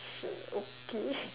okay